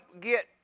get